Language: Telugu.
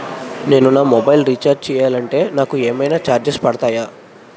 నేను నా మొబైల్ రీఛార్జ్ చేయాలంటే నాకు ఏమైనా చార్జెస్ పడతాయా?